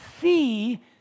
see